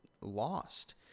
lost